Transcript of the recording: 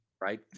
right